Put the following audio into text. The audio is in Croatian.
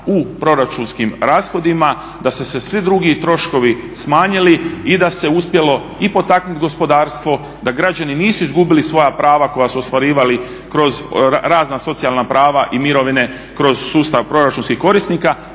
u proračunskim rashodima da su se svi drugi troškovi smanjili i da se uspjelo i potaknuti gospodarstvo, da građani nisu izgubili svoja prava koja su ostvarivali kroz razna socijalna prava i mirovine, kroz sustav proračunskih korisnika